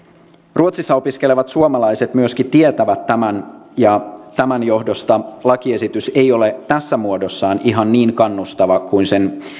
ruotsissa opiskelevat suomalaiset myöskin tietävät tämän ja tämän johdosta lakiesitys ei ole tässä muodossaan ihan niin kannustava kuin sen